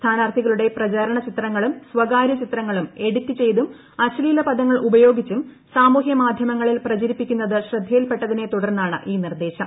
സ്ഥാനാർഥികളുടെ പ്രചരണചിത്രങ്ങളും സ്വകാര്യചിത്രങ്ങളും എഡിറ്റ് ചെയ്തും അശ്ലീല പദങ്ങൾ ഉപയോഗിച്ചും സാമൂഹ്യമാധ്യമങ്ങളിൽ പ്രചരിപ്പിക്കുന്നത് ശ്രദ്ധയിൽ പെട്ടതിനെത്തുടർന്നാണ് ഈ നിർദ്ദേശം